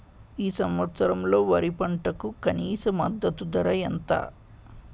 ఈ సంవత్సరంలో వరి పంటకు కనీస మద్దతు ధర ఎంత?